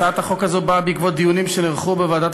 הצעת החוק הזו באה בעקבות דיונים שנערכו בוועדת